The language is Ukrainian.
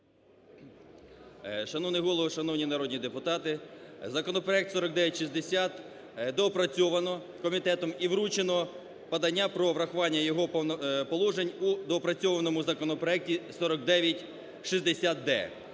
Шановний Голово, шановні народні депутати! Законопроект 4960 доопрацьовано комітетом і вручено подання про врахування його положень у доопрацьованому законопроекті 4960д.